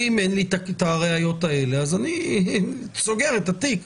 אם אין לי את הראיות האלה, אני סוגרת את התיק,